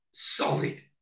Solid